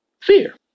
Fear